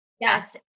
Yes